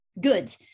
good